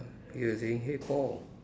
he was saying hey Paul